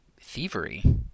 thievery